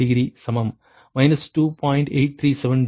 837 degree